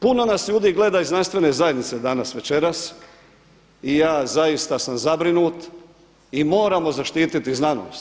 Puno nas ljudi gleda iz znanstvene zajednice danas, večeras i ja zaista sam zabrinut i moramo zaštititi znanost.